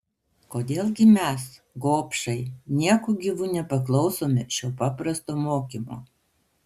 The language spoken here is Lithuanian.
kodėl gi mes gobšai nieku gyvu nepaklausome šio paprasto mokymo